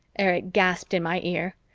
erich gasped in my ear.